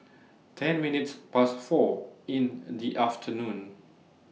ten minutes Past four in The afternoon